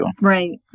Right